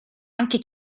anche